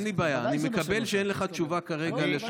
אין לי בעיה, אני מקבל שאין לך תשובה כרגע לשאלה.